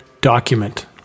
document